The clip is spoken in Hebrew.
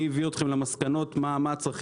מי הביא אתכם למסקנות מה הצרכים.